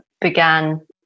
began